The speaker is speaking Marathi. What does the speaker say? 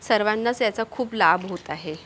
सर्वांनाच ह्याचा खूप लाभ होत आहे